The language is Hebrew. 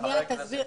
נסביר.